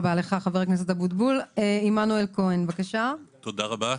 עמנואל כהן,